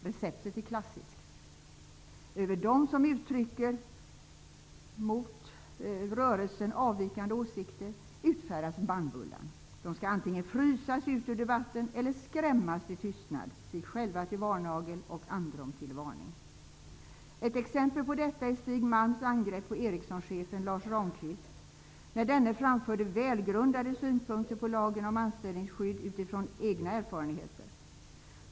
Receptet är klassiskt: Över dem som uttrycker rörelsen avvikande åsikter utfärdas bannbullan. De skall antingen frysas ut ur debatten eller skrämmas till tystnad, sig själva till straff och androm till varnagel. Ett exempel på detta är Stig Malms angrepp på chefen för Ericsson, Lars Ramqvist, när denne framförde välgrundade synpunkter på lagen om anställningsskydd utifrån egna erfarenheter.